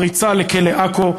הפריצה לכלא עכו,